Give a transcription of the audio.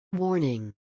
Warning